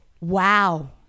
wow